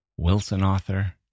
wilsonauthor